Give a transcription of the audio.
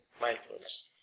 mindfulness